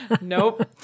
nope